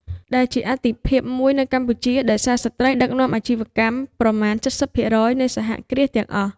ដែលជាអាទិភាពមួយនៅកម្ពុជា ដោយសារស្ត្រីដឹកនាំអាជីវកម្មប្រមាណ ៧០% នៃសហគ្រាសទាំងអស់។